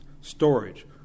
storage